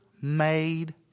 made